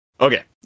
Okay